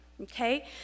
okay